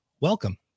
Welcome